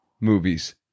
movies